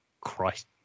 Christ